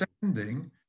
sending